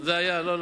לא.